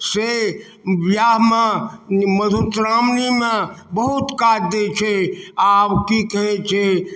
से बियाहमे मधुश्रामनीमे बहुत काज दै छै आब की कहै छै